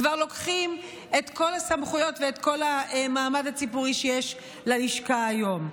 כבר לוקחים את כל הסמכויות ואת כל המעמד הציבורי שיש ללשכה היום.